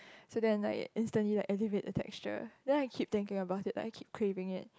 so then like instantly like as if it's the texture then I keep thinking about it like I keep craving it